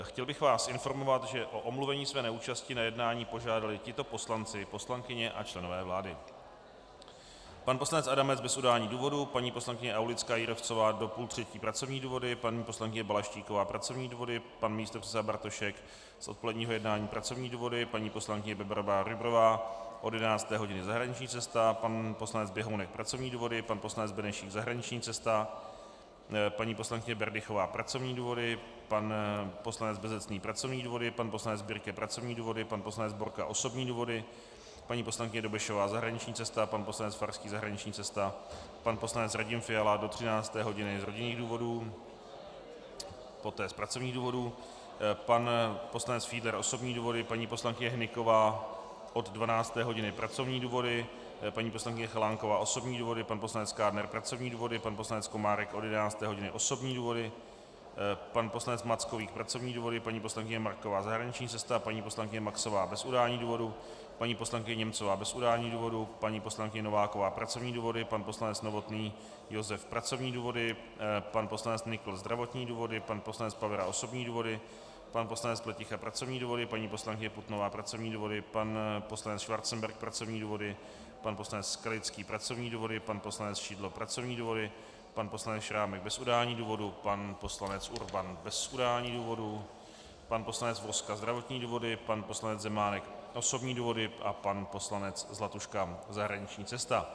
Chtěl bych vás informovat, že o omluvení své neúčasti na jednání požádali tito poslanci, poslankyně a členové vlády: pan poslanec Adamec bez udání důvodu, paní poslankyně Aulická Jírovcová do půl třetí pracovní důvody, paní poslankyně Balaštíková pracovní důvody, pan místopředseda Bartošek z odpoledního jednání pracovní důvody, paní poslankyně Bebarová Rujbrová od 11. hodiny zahraniční cesta, pan poslanec Běhounek pracovní důvody, pan poslanec Benešík zahraniční cesta, paní poslankyně Berdychová pracovní důvody, pan poslanec Bezecný pracovní důvody, pan poslanec Birke pracovní důvody, pan poslanec Borka osobní důvody, paní poslankyně Dobešová zahraniční cesta, pan poslanec Farský zahraniční cesta, pan poslanec Radim Fiala do 13. hodiny z rodinných důvodů, poté z pracovních důvodů, pan poslanec Fiedler osobní důvody, paní poslankyně Hnyková od 12. hodiny pracovní důvody, paní poslankyně Chalánková osobní důvody, pan poslanec Kádner pracovní důvody, pan poslanec Komárek od 11. hodiny osobní důvody, pan poslanec Mackovík pracovní důvody, paní poslankyně Marková zahraniční cesta, paní poslankyně Maxová bez udání důvodu, paní poslankyně Němcová bez udání důvodu, paní poslankyně Nováková pracovní důvody, pan poslanec Novotný Josef pracovní důvody, pan poslanec Nykl zdravotní důvody, pan poslanec Pavera osobní důvody, pan poslanec Pleticha pracovní důvody, paní poslankyně Putnová pracovní důvody, pan poslanec Schwarzenberg pracovní důvody, pan poslanec Skalický pracovní důvody, pan poslanec Šidlo pracovní důvody, pan poslanec Šrámek bez udání důvodu, pan poslanec Urban bez udání důvodu, pan poslanec Vozka zdravotní důvody, pan poslanec Zemánek osobní důvody a pan poslanec Zlatuška zahraniční cesta.